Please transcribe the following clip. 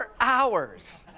hours